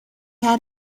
had